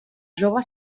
jove